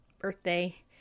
birthday